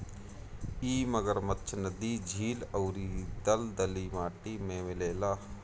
इ मगरमच्छ नदी, झील अउरी दलदली माटी में मिलेला